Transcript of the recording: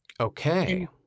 Okay